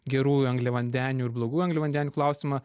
gerųjų angliavandenių ir blogųjų angliavandenių klausimą